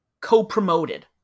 co-promoted